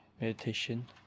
Meditation